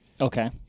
Okay